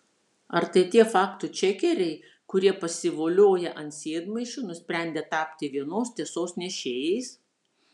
ar tai tie faktų čekeriai kurie pasivolioję ant sėdmaišių nusprendė tapti vienos tiesos nešėjais